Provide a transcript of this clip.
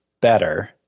better